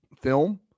film